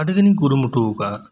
ᱟᱹᱰᱤ ᱜᱟᱱᱤᱧ ᱠᱩᱨᱩᱢᱩᱴᱣᱟᱠᱟᱫᱼᱟ